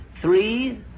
Three